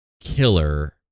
killer